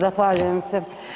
Zahvaljujem se.